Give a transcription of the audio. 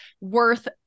worth